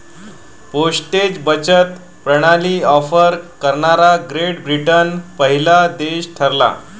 postage बचत प्रणाली offer करणारा ग्रेट ब्रिटन पहिला देश ठरला